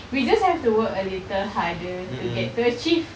we just have to work a little harder to get to achieve